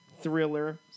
thriller